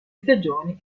stagioni